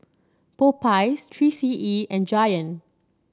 Popeyes Three C E and Giant